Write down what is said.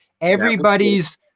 Everybody's